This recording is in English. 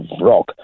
rock